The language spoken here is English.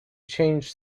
change